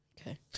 Okay